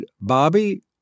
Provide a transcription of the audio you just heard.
Bobby